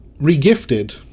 re-gifted